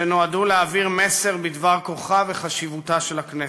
שנועדו להעביר מסר בדבר כוחה וחשיבותה של הכנסת,